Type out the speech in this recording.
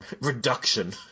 Reduction